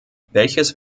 welches